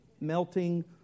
melting